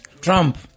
Trump